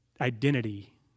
identity